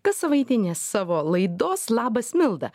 kas savaitinės savo laidos labas milda